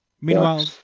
Meanwhile